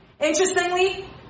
Interestingly